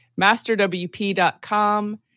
masterwp.com